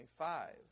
25